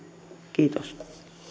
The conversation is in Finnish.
kiitos